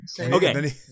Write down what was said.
Okay